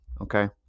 Okay